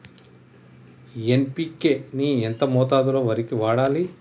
NPK ని ఎంత మోతాదులో వరికి వాడాలి?